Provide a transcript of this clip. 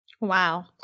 Wow